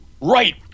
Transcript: Right